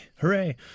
Hooray